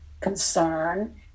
concern